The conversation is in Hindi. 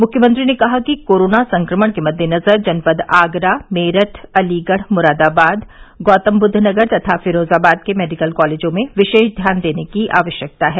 मुख्यमंत्री ने कहा कि कोरोना संक्रमण के मद्देनजर जनपद आगरा मेरठ अलीगढ़ मुरादाबाद गौतमबुद्धनगर तथा फिरोजाबाद के मेडिकल कालेजों में विशेष ध्यान देने की आवश्यकता है